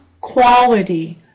quality